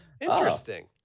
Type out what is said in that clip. Interesting